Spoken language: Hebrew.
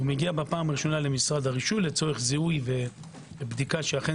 מגיע בפעם הראשונה למשרד הרישוי לצורך זיהוי ובדיקה שאכן